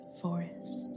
forest